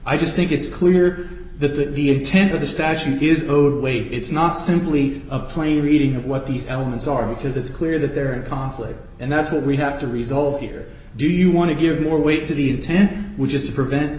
i just think it's clear that that the intent of the statute is owed weight it's not simply a plain reading of what these elements are because it's clear that they're in conflict and that's what we have to resolve here do you want to give more weight to the ten which is to prevent